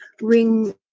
ring